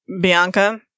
Bianca